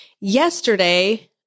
yesterday